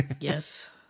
Yes